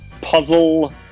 puzzle